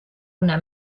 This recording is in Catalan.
una